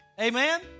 Amen